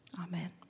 Amen